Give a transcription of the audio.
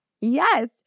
Yes